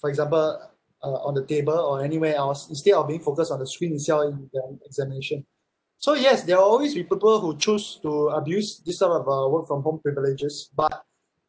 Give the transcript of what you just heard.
for example uh on the table or anywhere else instead of being focused on the screen itself in their examination so yes there will always be people who choose to abuse this sort of uh work from home privileges but